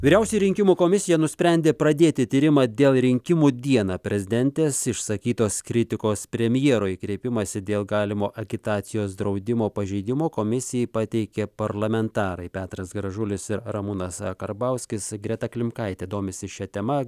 vyriausioji rinkimų komisija nusprendė pradėti tyrimą dėl rinkimų dieną prezidentės išsakytos kritikos premjerui kreipimąsi dėl galimo agitacijos draudimo pažeidimo komisijai pateikė parlamentarai petras gražulis ir ramūnas karbauskis greta klimkaitė domisi šia tema